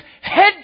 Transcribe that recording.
head